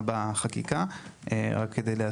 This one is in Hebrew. אני אתייחס